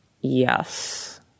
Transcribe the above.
Yes